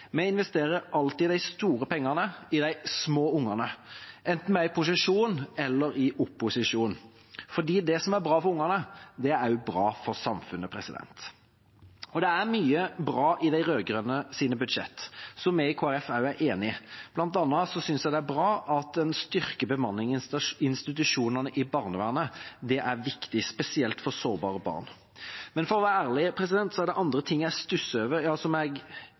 Vi investerer alltid de store pengene i de små ungene, enten vi er i posisjon eller i opposisjon, for det som er bra for ungene, er også bra for samfunnet. Det er mye bra i de rød-grønnes budsjett som vi i Kristelig Folkeparti også er enig i. Blant annet synes jeg det er bra at en styrker bemanningen i institusjonene i barnevernet. Det er viktig, spesielt for sårbare barn. Men for å være ærlig er det andre ting jeg stusser over – ja, som jeg